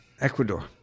Ecuador